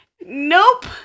Nope